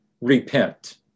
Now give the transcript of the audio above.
repent